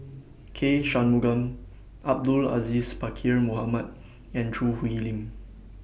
K Shanmugam Abdul Aziz Pakkeer Mohamed and Choo Hwee Lim